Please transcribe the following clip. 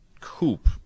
Coupe